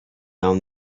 down